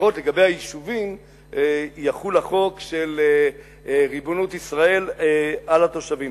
שלפחות לגבי היישובים יחול החוק של ריבונות ישראל על התושבים.